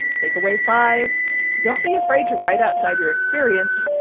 takeaway five don't be afraid to write outside your experience,